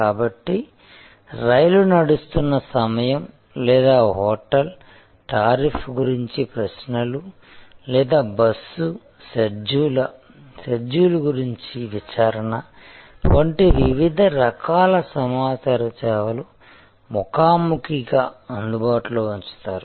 కాబట్టి రైలు నడుస్తున్న సమయం లేదా హోటల్ టారిఫ్ గురించి ప్రశ్నలు లేదా బస్సు షెడ్యూల్ గురించి విచారణ వంటి వివిధ రకాల సమాచార సేవలు ముఖాముఖిగా అందుబాటులో ఉంచుతారు